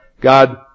God